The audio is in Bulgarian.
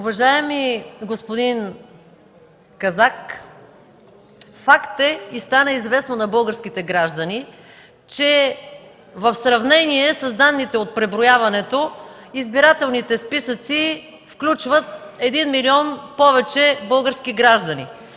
Уважаеми господин Казак, факт е и стана известно на българските граждани, че в сравнение с данните от преброяването, избирателните списъци включват 1 милион повече български граждани.